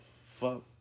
fuck